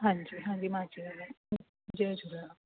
हांजी हांजी मां चयो जय झूलेलाल